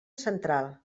central